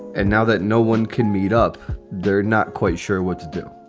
and now that no one can meet up, they're not quite sure what to do